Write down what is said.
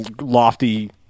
lofty